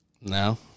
No